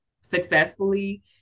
successfully